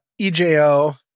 EJO